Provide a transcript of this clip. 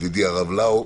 ידידי הרב לאו,